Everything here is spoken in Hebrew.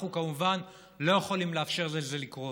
אנחנו כמובן לא יכולים לאפשר לזה לקרות.